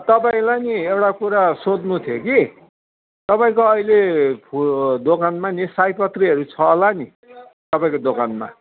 तपाईँलाई नि एउटा कुरा सोध्नु थियो कि तपाईँको अहिले फु दोकानमा नि सयपत्रीहरू छ होला नि तपाईँको दोकानमा